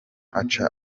aca